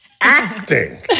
Acting